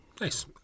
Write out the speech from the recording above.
Nice